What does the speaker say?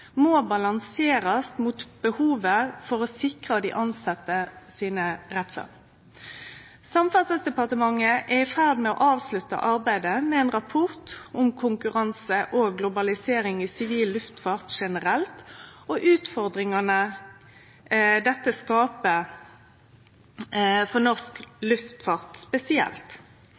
må balanserast mot behovet for å sikre rettane til dei tilsette. Samferdselsdepartementet er i ferd med å avslutte arbeidet med ein rapport om konkurranse og globalisering i sivil luftfart generelt, og utfordringane dette skaper for norsk luftfart spesielt.